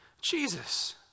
Jesus